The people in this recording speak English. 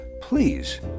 please